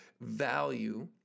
value